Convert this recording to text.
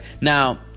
Now